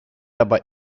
aber